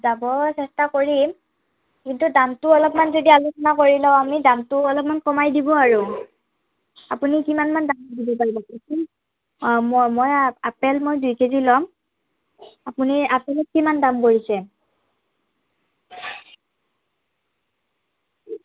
যাব চেষ্টা কৰিম কিন্তু দামটো আলপমান যদি আলোচনা কৰি লওঁ আমি দামটো অলপমান কমাই দিব আৰু আপুনি কিমানমান দাম দিব পাৰিব মই মই আপেল মই দুই কেজি ল'ম আপুনি আপুনি কিমান দাম কৰিছে